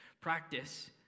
practice